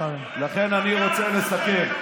לכן אני רוצה לסכם.